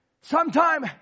Sometime